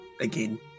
again